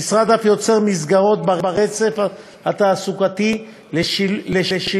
המשרד אף יוצר מסגרות ברצף התעסוקתי לשילוב